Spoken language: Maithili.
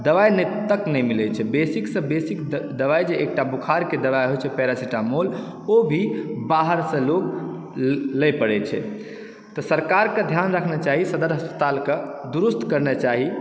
दवाइ नहि तक मिलै छै बेसिक सँ बेसीक दवाइजे एकटा बोखारके दवाइ होइ छै पेरासिटामोल ओ भी बाहरसँ लोग लै पड़ै छै तऽ सरकारकेँ ध्यान रखना चाही सदर अस्पतालकेँ दुरुस्त करना चाही